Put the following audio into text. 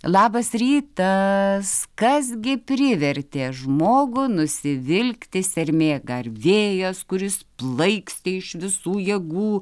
labas rytas kas gi privertė žmogų nusivilkti sermėgą ar vėjas kuris plaikstė iš visų jėgų